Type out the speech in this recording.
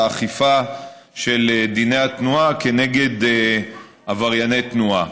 האכיפה של דיני התנועה כנגד עברייני תנועה.